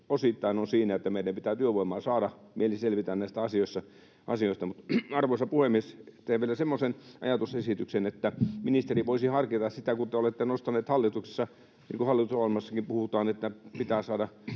osittain on siinä, että meidän pitää työvoimaa saada, niin että selvitään näistä asioista. Arvoisa puhemies! Teen vielä semmoisen ajatusesityksen, että ministeri voisi harkita sitä — kun te olette nostanut hallituksessa sitä, niin kuin hallitusohjelmassakin puhutaan, että pitää saada